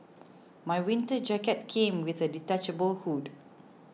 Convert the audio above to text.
my winter jacket came with a detachable hood